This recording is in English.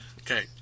Okay